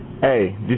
Hey